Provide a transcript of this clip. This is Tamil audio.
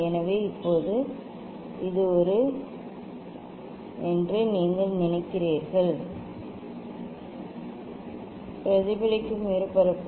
எனவே இப்போது இது ஒரு என்று நீங்கள் நினைக்கிறீர்கள் பிரதிபலிக்கும் மேற்பரப்பு